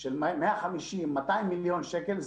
של 200-150 מיליון שקלים,